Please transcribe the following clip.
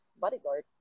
bodyguard